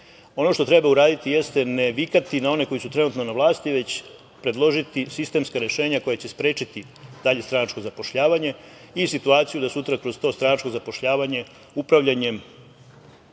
što treba uraditi jeste ne vikati na one koji su trenutno na vlasti, već predložiti sistemska rešenja koja će sprečiti dalje stranačko zapošljavanje i situaciju da sutra kroz to stranačko zapošljavanje upravljanjem